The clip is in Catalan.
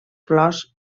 flors